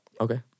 Okay